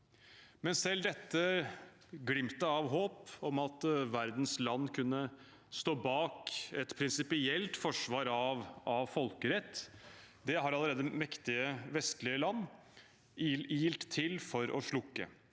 men selv dette glimtet av håp om at verdens land kunne stått bak et prinsipielt forsvar av folkerett, har allerede mektige vestlige land ilt til for å slukke.